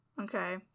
Okay